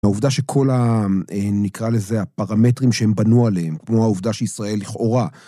העובדה שכל ה... נקרא לזה הפרמטרים שהם בנו עליהם, כמו העובדה שישראל לכאורה